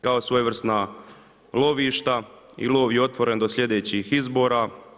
Kao svojevrsna lovišta i lov je otvoren do slijedećih izbora.